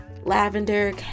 lavender